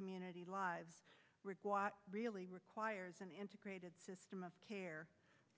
community lives really requires an integrated system of care